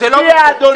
תצביע על הרוויזיה.